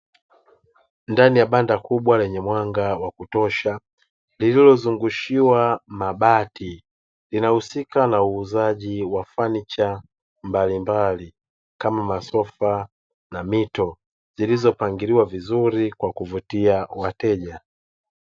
Ndani ya Banda kubwa lenye mwanga wa kutosha lilozungushiwa mabati linahusika na uuzaji WA fanicha mbalimbali kama masofa na mito zilizopangiliwa vizuri kwa kuvutia wateja.